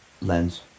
lens